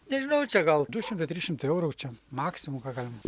nežinau čia gal du šimtai trys šimtai eurų čia maksimum ką galima